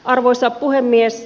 arvoisa puhemies